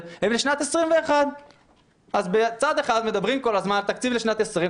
לשנת 2021. אז בצד אחד מדברים כל הזמן על תקציב לשנת 2020,